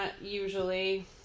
usually